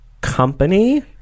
company